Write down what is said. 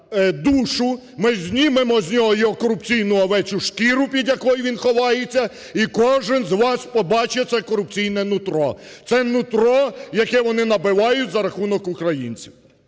ми знімемо з нього його корупційну овечу шкіру, під якою він ховається, і кожен з вас побачить це корупційне нутро. Це нутро, яке вони набивають за рахунок українців.